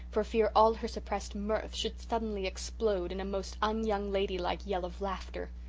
for fear all her suppressed mirth should suddenly explode in a most un-young-ladylike yell of laughter.